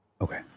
Okay